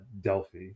Delphi